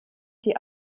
die